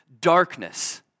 darkness